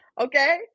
Okay